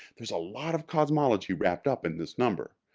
there's a lot of cosmology wrapped up in this number.